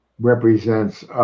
represents